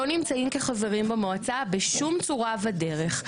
לא נמצאים כחברים במועצה בשום צורה ודרך.